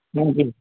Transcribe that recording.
ਹਾਂਜੀ